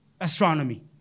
astronomy